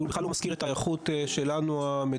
הוא בכלל לא מזכיר את ההיערכות שלנו המדינתית,